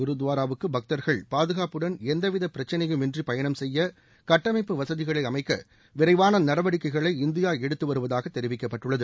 குருத்துவாராவுக்கும் பக்தர்கள் பாதுகாப்புடன் எந்தவித பிரச்சனையுமின்றி பயணம் செய்ய கட்டமைப்பு வசதிகளை அமைக்க விரைவான நடவடிக்கைகளை இந்தியா எடுத்துவருவதாக தெரிவிக்கப்பட்டுள்ளது